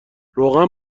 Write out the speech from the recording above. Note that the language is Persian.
روغن